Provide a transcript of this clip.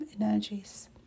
energies